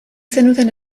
zenuten